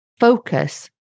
Focus